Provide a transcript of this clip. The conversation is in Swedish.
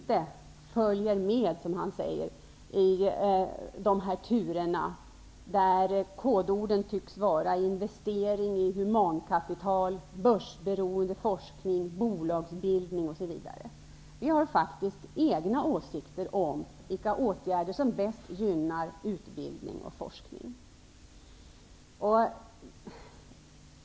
Vi följer inte med i dessa turer, där kodorden tycks vara investering i humankapital, börsberoende forskning, bolagsbildning osv. Vi har faktiskt egna åsikter om vilka åtgärder som bäst gynnar utbildning och forskning.